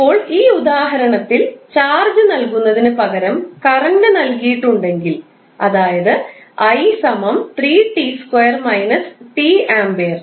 ഇപ്പോൾഈ ഉദാഹരണത്തിൽ ചാർജ്ജ് നൽകുന്നതിനുപകരം കറൻറ് നൽകിയിട്ടുണ്ടെങ്കിൽ അതായത് 𝑖 3𝑡2 − 𝑡A